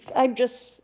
i'm just